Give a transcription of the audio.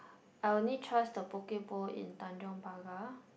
I only trust the Poke-Bowl in Tanjong Pagar